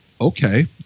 okay